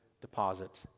deposit